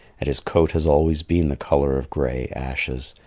and his coat has always been the colour of gray ashes,